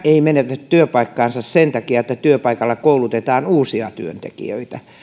ei menetä työpaikkaansa sen takia että työpaikalla koulutetaan uusia työntekijöitä